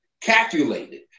calculated